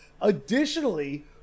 additionally